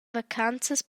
vacanzas